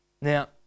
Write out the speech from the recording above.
Now